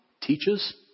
teaches